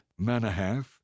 Manahath